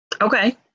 Okay